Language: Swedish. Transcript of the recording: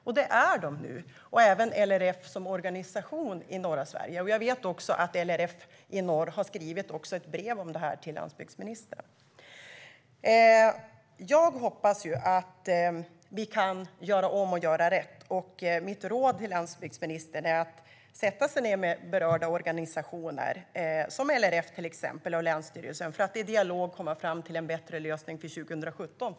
Nu är de chockade, och det gäller även LRF som organisation i norra Sverige. Jag vet att LRF i norr också har skrivit ett brev om detta till landsbygdsministern. Jag hoppas att vi kan göra om och göra rätt. Mitt råd till landsbygdsministern är att han ska sätta sig ned med berörda organisationer, till exempel LRF och länsstyrelsen, för att i dialog komma fram till en bättre lösning för 2017.